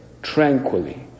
tranquilly